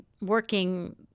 working –